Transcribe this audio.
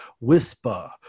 whisper